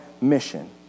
mission